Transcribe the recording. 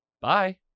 Bye